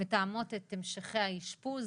מתאמות את המשכי האשפוז